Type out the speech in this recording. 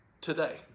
today